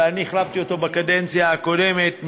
אני קדמתי לו בקדנציה הקודמת,